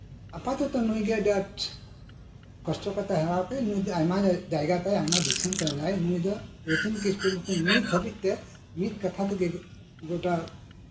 ᱟᱯᱟᱛᱚᱛᱚ ᱱᱩᱭ ᱜᱮ ᱟᱹᱰᱤ ᱟᱸᱴ ᱠᱚᱥᱴᱚ ᱠᱟᱛᱮᱫ ᱦᱟᱨᱟ ᱟᱠᱟᱱᱟ ᱦᱚᱭᱛᱳ ᱟᱹᱰᱤ ᱟᱸᱴ ᱟᱭᱢᱟ ᱡᱟᱭᱜᱟᱭ ᱟᱭᱢᱟ ᱫᱤᱥᱚᱢ ᱡᱟᱭᱜᱟᱭ ᱨᱚᱛᱷᱤᱱ ᱠᱤᱥᱠᱩ ᱱᱤᱛ ᱦᱟᱹᱵᱤᱡᱛᱮ ᱢᱤᱫ ᱠᱟᱛᱷᱟ ᱛᱮᱜᱮ ᱜᱳᱴᱟ